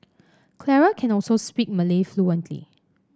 Clara can also speak Malay fluently